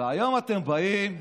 והיום אתם באים,